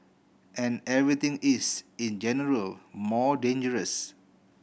and everything is in general more dangerous